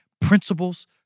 principles